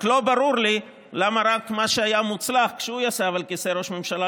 רק לא ברור לי למה מה שהיה מוצלח כשהוא ישב על כיסא ראש ממשלה,